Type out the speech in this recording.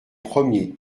premiers